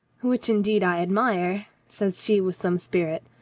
which indeed i admire, says she with some spirit.